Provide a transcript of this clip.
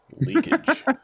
Leakage